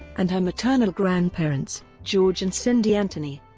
and her maternal grandparents, george and cindy anthony.